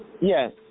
yes